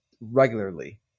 regularly